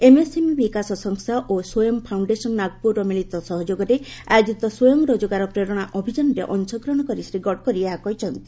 MSME ବିକାଶ ସଂସ୍ଥା ଓ ସ୍ୱୟମ୍ ଫାଉଣ୍ଡେସନ୍ ନାଗପୁରର ମିଳିତ ସହଯୋଗରେ ଆୟୋଜିତ ସ୍ୱୟଂ ରୋଜଗାର ପ୍ରେରଣା ଅଭିଯାନରେ ଅଂଶଗ୍ରହଣ କରି ଶ୍ରୀ ଗଡ଼କରୀ ଏହା କହିଛନ୍ତି